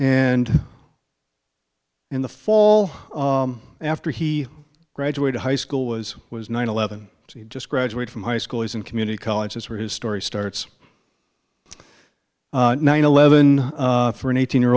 and in the fall after he graduated high school was was nine eleven he just graduate from high school he's in community colleges where his story starts nine eleven for an eighteen year